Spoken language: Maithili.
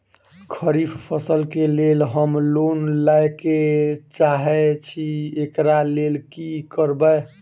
खरीफ फसल केँ लेल हम लोन लैके चाहै छी एकरा लेल की करबै?